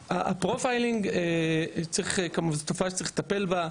הפרופיילינג הוא תופעה שצריך לטפל בה,